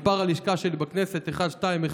מספר הלשכה שלי בכנסת, 1210,